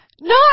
no